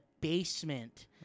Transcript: basement